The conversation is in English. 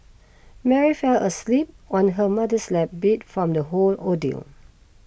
Mary fell asleep on her mother's lap beat from the whole ordeal